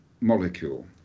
molecule